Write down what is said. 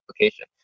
application